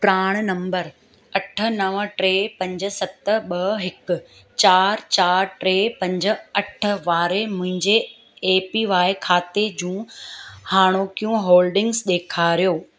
प्राण नंबर अठ नव टे पंज सत ॿ हिकु चारि चारि टे पंज अठ वारे मुंहिंजे ए पी वाई खाते जूं हाणोकियूं होल्डिंग्स ॾेखारियो